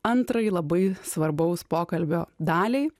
antrai labai svarbaus pokalbio daliai